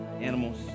Animals